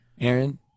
Aaron